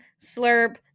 slurp